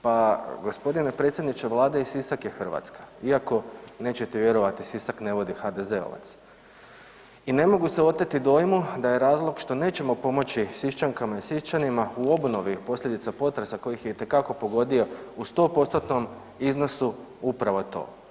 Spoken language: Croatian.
Pa g. predsjedniče vlade i Sisak je Hrvatska iako nećete vjerovati Sisak ne vodi HDZ-ovac i ne mogu se oteti dojmu da je razlog što nećemo pomoći Siščankama i Siščanima u obnovi od posljedica potresa kojih je itekako pogodio u 100%-tnom iznosu upravo je to.